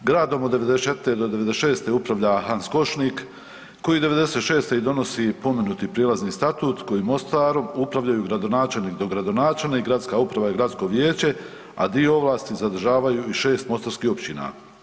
Gradom od '94. do '96. upravlja Hans Košnik koji '96. i donosi pomenuti prijelazni statut kojim Mostarom upravljaju gradonačelnik, dogradonačenik, gradska uprava i gradsko vijeće, a dio ovlasti zadržavaju i 6 mostarskih općina.